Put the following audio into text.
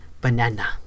banana